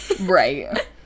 right